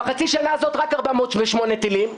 ובחצי השנה הזאת היו "רק" 408 טילים.